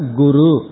guru